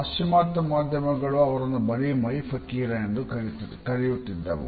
ಪಾಶ್ಚಿಮಾತ್ಯ ಮಾಧ್ಯಮಗಳು ಅವರನ್ನು ಬರಿ ಮೈ ಫಕೀರ ಎಂದು ಕರೆಯುತ್ತಿದ್ದವು